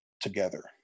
together